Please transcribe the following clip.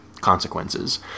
Consequences